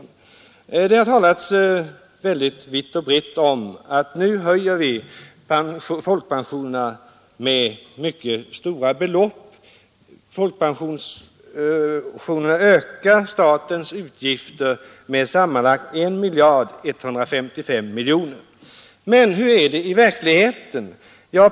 Det har talats väldigt vitt och brett om att vi nu höjer folkpensionerna med mycket stora belopp. Folkpensionerna ökar statens utgifter med sammanlagt 1 155 miljoner kronor. Men hur är det i verkligheten?